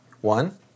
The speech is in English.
One